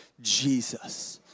Jesus